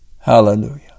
Hallelujah